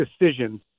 decision